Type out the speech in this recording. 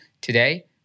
today